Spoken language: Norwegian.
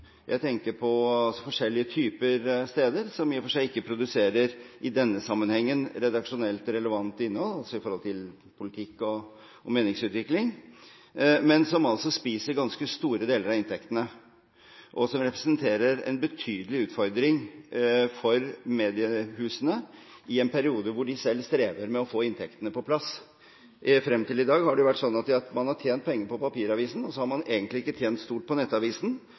Jeg tenker f.eks. på FINN.no, jeg tenker på yr.no, jeg tenker på forskjellige typer steder som i og for seg ikke produserer – i denne sammenhengen – redaksjonelt relevant innhold, altså politikk og meningsutvikling, men som spiser ganske stor deler av inntektene, og som representerer en betydelig utfordring for mediehusene, i en periode hvor de selv strever med å få inntektene på plass. Frem til i dag har man tjent penger på papiravisen, og så har man egentlig ikke tjent stort på nettavisen.